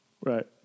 Right